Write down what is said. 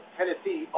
Tennessee